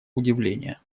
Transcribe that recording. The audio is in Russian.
удивления